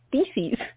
species